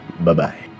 Bye-bye